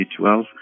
2012